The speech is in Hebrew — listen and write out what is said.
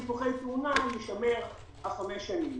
כלומר גם בביטוחי תאונה יישמר חמש שנים.